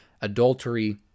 adultery